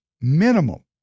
minimum